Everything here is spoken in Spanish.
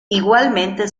igualmente